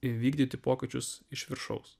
įvykdyti pokyčius iš viršaus